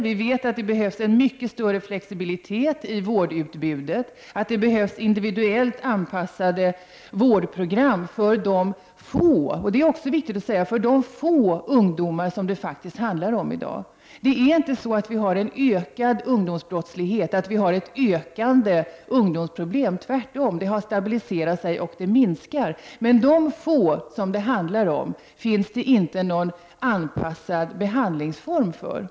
Vi vet att det behövs en mycket större flexibilitet i vårdutbudet och att det behövs individuellt anpassade vårdprogram för de få, vilket är viktigt att säga, ungdomar som det faktiskt handlar om i dag. Ungdomsbrottsligheten och ungdomsproblemen ökar inte. Tvärtom har läget stabiliserats och problemen minskar. Men de få som det handlar om finns det inte någon anpassad behandlingsform för.